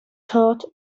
taught